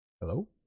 Hello